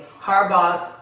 Harbaugh